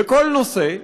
בכל נושא,